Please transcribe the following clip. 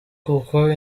kuko